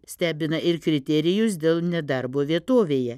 stebina ir kriterijus dėl nedarbo vietovėje